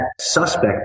suspect